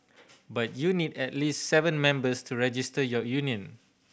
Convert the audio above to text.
but you need at least seven members to register your union